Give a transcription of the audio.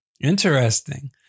Interesting